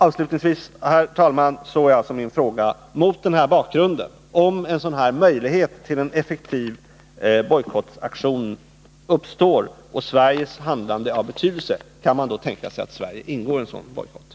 Avslutningsvis är alltså min fråga: Om en sådan här möjlighet till en effektiv bojkottaktion uppstår och Sveriges handlande har betydelse, kan man då tänka sig att Sverige deltar i en sådan bojkottaktion?